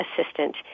Assistant